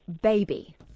baby